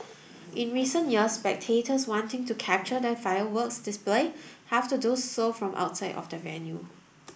in recent years spectators wanting to capture the fireworks display have to do so from outside of the venue